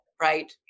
right